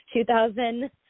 2000